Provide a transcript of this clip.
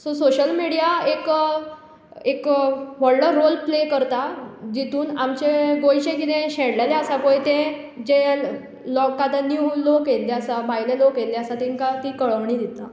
so social media एक एक व्हडलो रोल प्ले करता जातून आमचें गोंयचें कितेंय शेणिल्लें आसा पळय तें जे लोक आतां नीव लोक आयले आसा बायले लोक आयिल्ले आसा तांकां ती कळोवणी दिता